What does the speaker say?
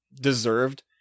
deserved